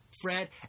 Fred